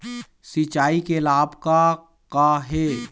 सिचाई के लाभ का का हे?